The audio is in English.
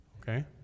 Okay